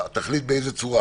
תחליט באיזה צורה.